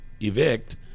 evict